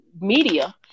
media